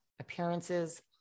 appearances